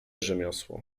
rzemiosło